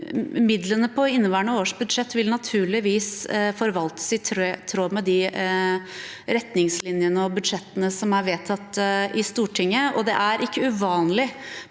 Midlene på inneværende års budsjett vil naturligvis forvaltes i tråd med de retningslinjene og budsjettene som er vedtatt i Stortinget,